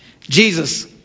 Jesus